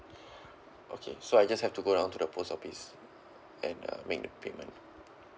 okay so I just have to go down to the post office and uh make the payment